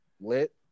lit